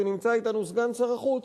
ונמצא אתנו סגן שר החוץ,